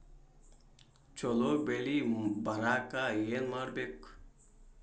ಛಲೋ ಬೆಳಿ ಬರಾಕ ಏನ್ ಮಾಡ್ಬೇಕ್?